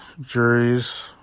Juries